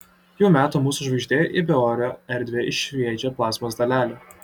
jų metu mūsų žvaigždė į beorę erdvę išsviedžia plazmos dalelių